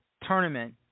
tournament